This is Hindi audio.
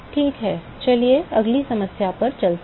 ठीक है चलिए अगली समस्या पर चलते हैं